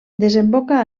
desemboca